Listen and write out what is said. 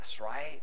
right